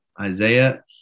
Isaiah